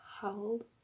held